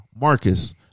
marcus